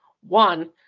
one